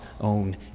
own